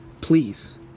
Please